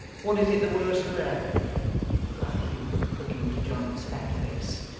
what is it the worse for that cried hugh, looking into john's fat face.